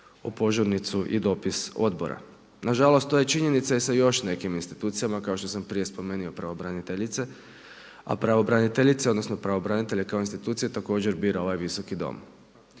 u požurnicu i dopis odbora. Na žalost to je činjenica i sa još nekim institucijama kao što sam prije spomenuo pravobraniteljice, a pravobraniteljice odnosno pravobranitelje kao institucije također bira ovaj Visoki dom.